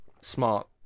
smart